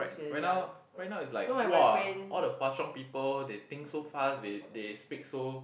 right right now right now is like !wah! all the Hwa Chong people they think so fast they they speak so